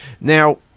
Now